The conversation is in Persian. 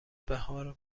بهار